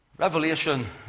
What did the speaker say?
Revelation